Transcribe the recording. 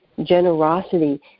generosity